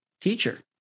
teacher